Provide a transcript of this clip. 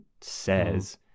says